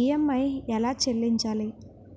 EMI ఎలా చెల్లించాలి?